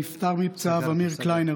נפטר מפצעיו אמיר קליינר,